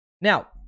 now